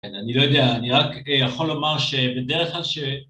כן, אני לא יודע, אני רק יכול לומר שבדרך כלל ש...